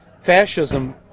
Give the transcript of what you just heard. fascism